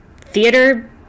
theater